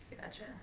Gotcha